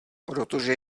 protože